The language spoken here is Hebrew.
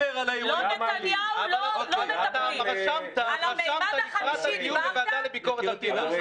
אתה רשמת לקראת הדיון בוועדה לביקורת המדינה.